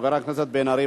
חבר הכנסת בן-ארי,